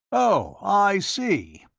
oh, i see,